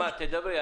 תדברי.